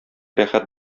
рәхәт